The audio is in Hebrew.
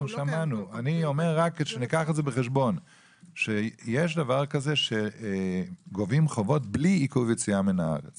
אני אומר שניקח בחשבון שיש דבר כזה שגובים חובות בלי עיכוב יציאה מהארץ